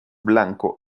blanco